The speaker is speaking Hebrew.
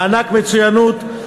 מענק מצוינות,